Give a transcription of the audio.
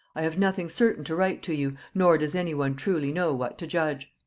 i have nothing certain to write to you, nor does any one truly know what to judge.